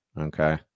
Okay